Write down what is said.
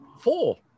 Four